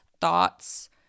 thoughts